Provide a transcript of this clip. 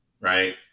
right